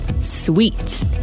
Sweet